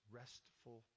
restful